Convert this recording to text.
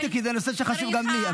היום הוא יום החירות.